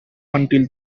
until